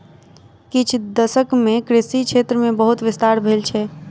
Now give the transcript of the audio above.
किछ दशक मे कृषि क्षेत्र मे बहुत विस्तार भेल छै